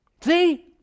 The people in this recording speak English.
see